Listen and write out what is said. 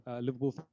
Liverpool